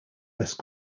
west